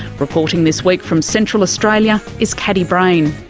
reporting this week from central australia is caddie brain.